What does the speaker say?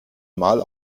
mal